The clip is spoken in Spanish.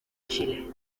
chile